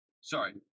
sorry